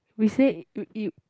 we said y~ you